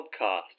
Podcast